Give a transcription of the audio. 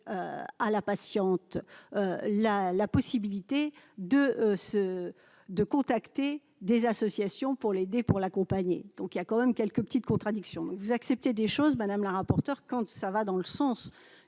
à la patiente la la possibilité de se de contacter des associations pour l'aider pour l'accompagner donc il y a quand même quelques petites contradictions vous acceptez des choses madame la rapporteure quand tout ça va dans le sens